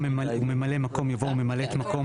במקום 'ממלא מקום' יבוא 'ממלאת מקום'.